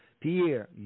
Pierre